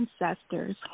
ancestors